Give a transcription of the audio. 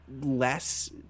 less